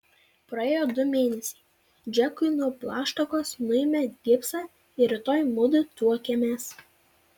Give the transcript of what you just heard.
praėjo du mėnesiai džekui nuo plaštakos nuėmė gipsą ir rytoj mudu tuokiamės